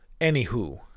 anywho